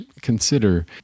consider